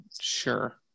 Sure